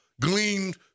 gleaned